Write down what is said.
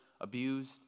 abused